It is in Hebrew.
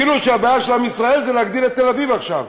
כאילו שהבעיה של עם ישראל היא להגדיל את תל-אביב עכשיו.